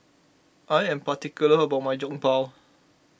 I am particular about my Jokbal